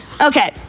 Okay